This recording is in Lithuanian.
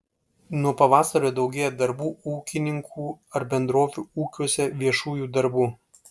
nuo pavasario daugėja darbų ūkininkų ar bendrovių ūkiuose viešųjų darbų